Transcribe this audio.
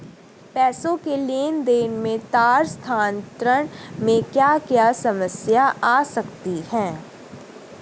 पैसों के लेन देन में तार स्थानांतरण में क्या क्या समस्याएं आ सकती हैं?